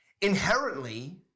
Inherently